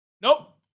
Nope